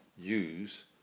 use